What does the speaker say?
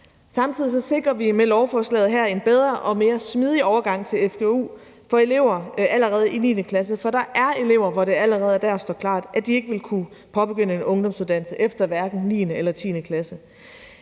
Samtidig sikrer vi med lovforslaget her en bedre og mere smidig overgang til fgu for elever allerede i 9. klasse. For der er elever, for hvem det allerede dér står klart, at de ikke vil kunne påbegynde en ungdomsuddannelse efter hverken 9. eller 10. klasse.